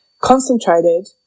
concentrated